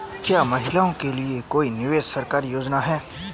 क्या महिलाओं के लिए कोई विशेष सरकारी योजना है?